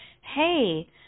hey